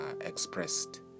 expressed